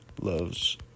Loves